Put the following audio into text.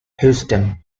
houston